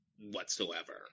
whatsoever